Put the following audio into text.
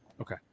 Okay